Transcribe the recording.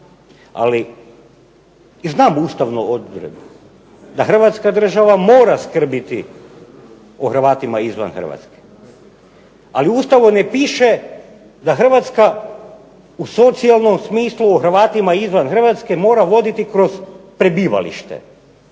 Ali i znam da je Ustavni odbor rekao da Hrvatska država mora skrbiti o Hrvatima izvan Hrvatske. Ali u Ustavu ne piše da Hrvatska u socijalnom smislu o Hrvatima izvan Hrvatske mora voditi kroz prebivalište